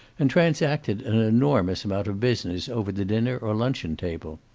and transacted an enormous amount of business over the dinner or luncheon table.